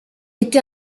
été